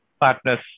partners